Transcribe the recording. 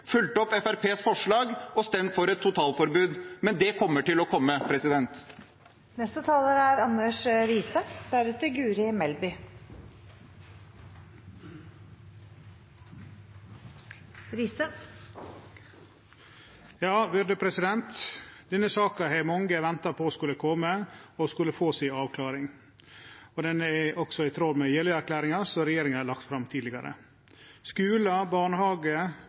og stemt for et totalforbud. Men det kommer til å komme. Denne saka har mange venta på skulle kome og få si avklaring. Innstillinga er også i tråd med Jeløya-erklæringa, som regjeringa har lagt fram